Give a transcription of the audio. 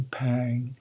pang